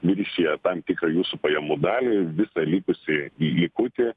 viršija tam tikrą jūsų pajamų dalį visą likusį likutį